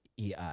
EI